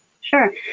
Sure